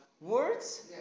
Words